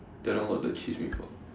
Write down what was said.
the other one got the cheese before